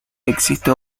existe